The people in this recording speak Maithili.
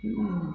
उँ